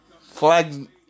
Flag